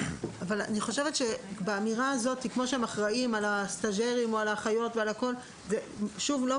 אבל באמירה הזאת כמו שהם אחראים על הסטז'רים או על האחיות זה שוב לא